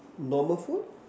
normal food